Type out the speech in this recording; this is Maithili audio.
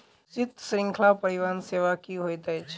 शीत श्रृंखला परिवहन सेवा की होइत अछि?